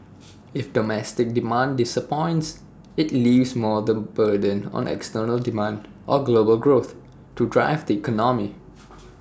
if domestic demand disappoints IT leaves more the burden on external demand or global growth to drive the economy